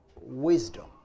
wisdom